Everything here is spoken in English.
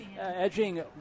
edging